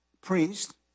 priest